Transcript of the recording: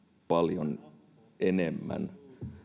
paljon enemmän